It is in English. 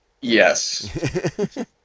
Yes